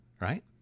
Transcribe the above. right